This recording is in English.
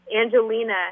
Angelina